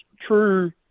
true